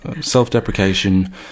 Self-deprecation